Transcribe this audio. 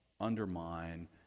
undermine